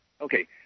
okay